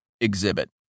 Exhibit